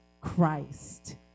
Christ